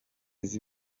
z’i